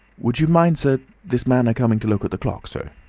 would you mind, sir, this man a-coming to look at the clock, sir?